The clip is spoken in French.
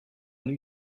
new